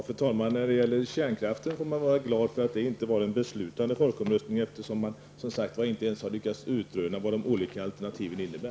Fru talman! Man får vara glad över att folkomröstningen om kärnkraften inte var beslutande, eftersom man inte lyckats utröna ens vad de olika alternativen innebär.